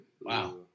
wow